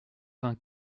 vingt